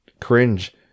cringe